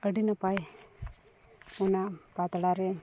ᱟᱹᱰᱤ ᱱᱟᱯᱟᱭ ᱚᱱᱟ ᱯᱟᱛᱲᱟ ᱨᱮ